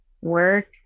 Work